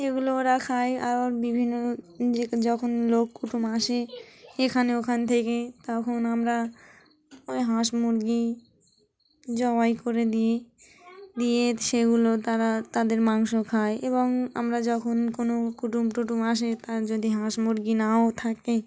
এগুলো ওরা খাই আরবার বিভিন্ন যে যখন লোক কুটুম আসে এখানে ওখান থেকে তখন আমরা ওই হাঁস মুরগি জবাই করে দিই দিয়ে সেগুলো তারা তাদের মাংস খায় এবং আমরা যখন কোনো কুটুম টুটুম আসে তার যদি হাঁস মুরগি নাও থাকে